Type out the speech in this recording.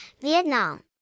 Vietnam